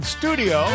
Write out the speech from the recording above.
studio